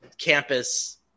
campus